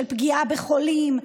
של פגיעה בחולים,